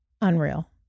Unreal